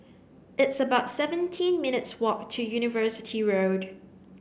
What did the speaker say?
it's about seventeen minutes' walk to University Road